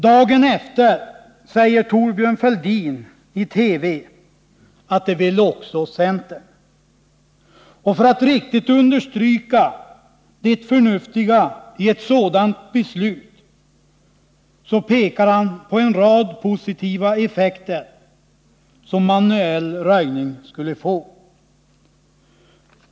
Dagen efter säger Thorbjörn Fälldin i TV att detta vill också centern. Och för att riktigt understryka det förnuftiga i ett sådant beslut pekar han på en rad positiva effekter som manuell röjning skulle få.